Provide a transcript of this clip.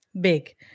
big